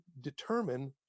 determine